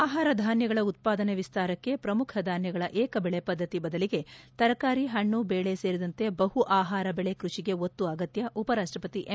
ಆಹಾರ ಧಾನ್ಯಗಳ ಉತ್ಪಾದನೆ ವಿಸ್ತಾರಕ್ಕೆ ಪ್ರಮುಖ ಧಾನ್ಯಗಳ ಏಕಬೆಳೆ ಪದ್ದತಿಗೆ ಬದಲಿಗೆ ತರಕಾರಿ ಹಣ್ಣು ಬೇಳೆ ಸೇರಿದಂತೆ ಬಹು ಆಹಾರ ಬೆಳೆ ಕೃಷಿಗೆ ಒತ್ತು ಅಗತ್ಯ ಉಪರಾಷ್ಷಪತಿ ಎಂ